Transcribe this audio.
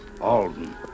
Alden